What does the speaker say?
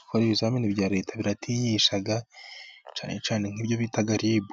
Gukora ibizamini bya Leta biratinyisha cyane cyane nk'ibyo bita RIB,